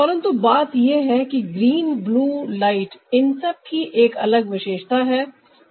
परंतु बात ये है कि ग्रीन ब्लू लाइट इन सब की एक अलग विशेषता है